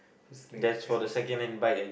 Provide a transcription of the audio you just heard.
expensive